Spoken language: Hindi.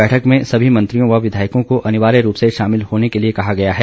बैठक में सभी मन्त्रियों व विधायकों को अनिवार्य रूप से शामिल होने को कहा गया है